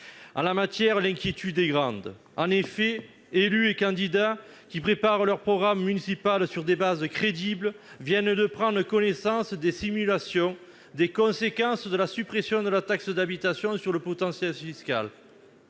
En la matière, l'inquiétude est grande. En effet, élus et candidats, qui préparent leur programme municipal sur des bases crédibles, viennent de prendre connaissance des simulations des conséquences de la suppression de la taxe d'habitation sur le potentiel fiscal.